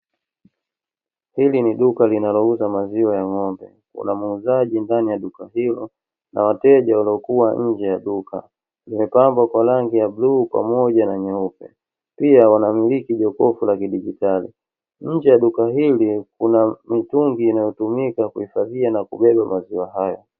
Hili ni duka linalouza maziwa ya ng'ombe, kuna muuzaji ndani ya duka hilo na wateja waliokuwa nje ya duka. limepambwa kwa rangi ya bluu pamoja na nyeupe, pia wanamiliki jokofu la kidigitali Nje ya duka hili kuna mitungi inayotumika kuhifadhia na kubeba maziwa haya.